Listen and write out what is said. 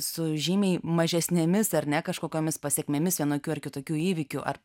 su žymiai mažesnėmis ar ne kažkokiomis pasekmėmis vienokių ar kitokių įvykių ar